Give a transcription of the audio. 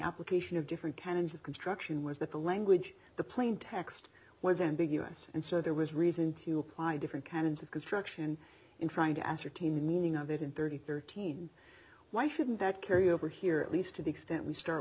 application of different kinds of construction was that the language the plaintext was ambiguous and so there was reason to apply different kinds of construction in trying to ascertain the meaning of it and three thousand and thirteen why shouldn't that carry over here at least to the extent we start